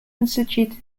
instituted